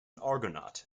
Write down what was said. argonaut